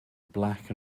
black